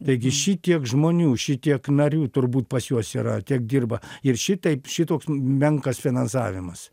taigi šitiek žmonių šitiek narių turbūt pas juos yra tiek dirba ir šitaip šitoks menkas finansavimas